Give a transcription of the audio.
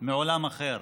מעולם אחר.